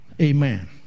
Amen